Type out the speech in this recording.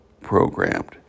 programmed